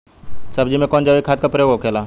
सब्जी में कवन जैविक खाद का प्रयोग होखेला?